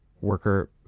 worker